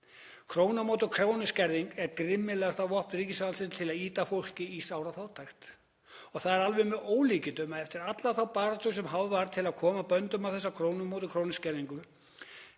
Króna á móti krónu skerðing er grimmilegasta vopn ríkisvaldsins til að ýta fólki í sárafátækt og það er alveg með ólíkindum að eftir alla þá baráttu sem háð var hér til að koma böndum á þessa krónu á móti krónu skerðingu,